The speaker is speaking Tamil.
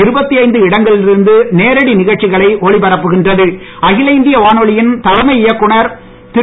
இருபத்தைந்து இடங்களிலிருந்து நேரடி நிகழ்ச்சிகளை ஒலிபரப்புகின்றது அகில இந்தியவானொலியின் தலைமை இயக்குனர் திரு